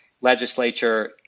legislature